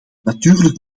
natuurlijk